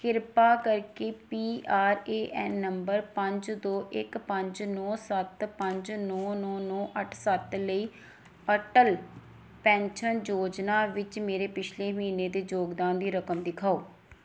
ਕਿਰਪਾ ਕਰਕੇ P R A N ਨੰਬਰ ਪੰਜ ਦੋ ਇੱਕ ਪੰਜ ਨੌਂ ਸੱਤ ਪੰਜ ਨੌਂ ਨੌਂ ਨੌਂ ਅੱਠ ਸੱਤ ਲਈ ਅਟਲ ਪੈਨਸ਼ਨ ਯੋਜਨਾ ਵਿੱਚ ਮੇਰੇ ਪਿਛਲੇ ਮਹੀਨੇ ਦੇ ਯੋਗਦਾਨ ਦੀ ਰਕਮ ਦਿਖਾਓ